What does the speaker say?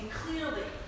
clearly